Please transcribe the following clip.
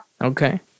Okay